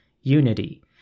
unity